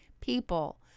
people